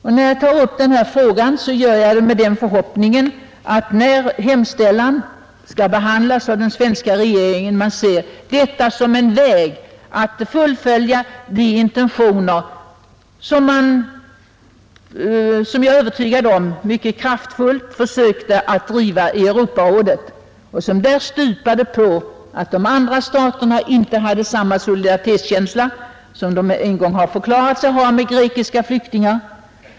Då jag tar upp den här frågan gör jag det med förhoppningen att regeringen när denna hemställan skall behandlas fullföljer de intentioner som man — det är jag övertygad om — drev mycket kraftfullt i Europarådet och som där stupade på att de andra staterna inte visade den solidaritet som de en gång förklarat sig känna med grekiska flyktingar.